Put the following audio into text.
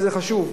וזה חשוב,